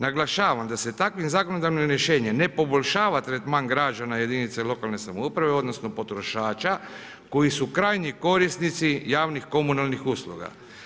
Naglašavam da se takvim zakonodavnim rješenjem ne poboljšava tretman građana jedinice lokalne samouprave, odnosno potrošača koji su krajnji korisnici javnih komunalnih usluga.